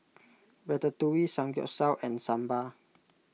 Ratatouille Samgyeopsal and Sambar